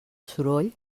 soroll